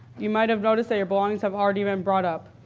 you might have noticed that your belongings have already been brought up.